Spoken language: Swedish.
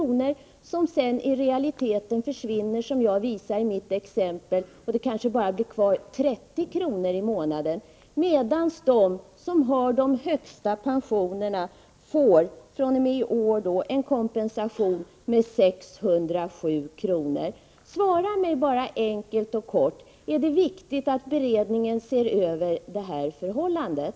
per månad, vilket sedan i realiteten försvinner, så att det bara blir kvar 30 kr. i månaden, medan de som har de högsta pensionerna fr.o.m. i år får en kompensation med 607 kr.? Jag visade ju detta i mitt exempel. Svara mig bara enkelt och kort! Är det viktigt att beredningen ser över det här förhållandet?